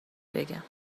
بگم